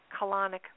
colonic